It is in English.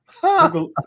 Google